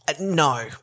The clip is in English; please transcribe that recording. No